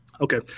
Okay